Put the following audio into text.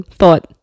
thought